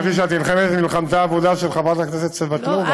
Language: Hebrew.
חשבתי שאת נלחמת את מלחמתה האבודה של חברת הכנסת סבטלובה.